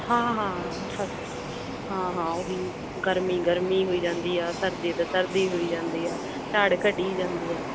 ਹਾਂ ਹਾਂ ਉਹ ਫਸ ਹਾਂ ਹਾਂ ਉਹ ਹੀ ਗਰਮੀ ਗਰਮੀ ਹੋਈ ਜਾਂਦੀ ਆ ਸਰਦੀ ਹੈ ਤਾਂ ਸਰਦੀ ਹੋਈ ਜਾਂਦੀ ਆ ਝਾੜ ਘਟੀ ਜਾਂਦੇ ਆ